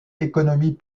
économie